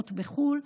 הלוואות בחו"ל.